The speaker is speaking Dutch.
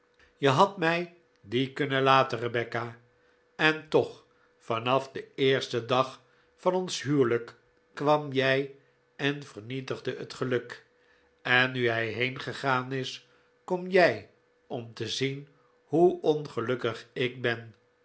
je had mij die kunnen latcn rebecca en toch vanaf den eersten dag van ons huwelijk kwam jij en vernietigde het geluk en nu hij heengegaan is kom jij om te zien hoe ongelukkig ik ben